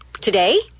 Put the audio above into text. Today